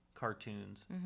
Cartoons